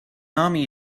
army